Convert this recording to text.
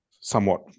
somewhat